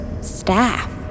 staff